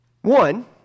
One